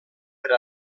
per